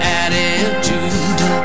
attitude